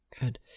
Good